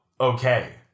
okay